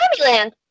land